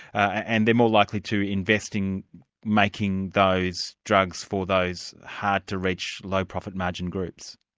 and they're more likely to invest in making those drugs for those hard-to-reach low profit margin groups.